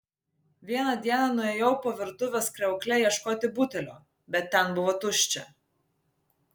vieną dieną nuėjau po virtuvės kriaukle ieškoti butelio bet ten buvo tuščia